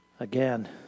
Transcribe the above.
Again